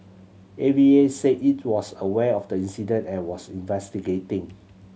A V A said it was aware of the incident and was investigating